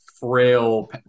frail